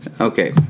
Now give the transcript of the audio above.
Okay